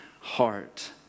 heart